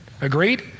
Agreed